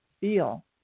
feel